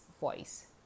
voice